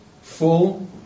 full